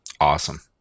Awesome